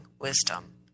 wisdom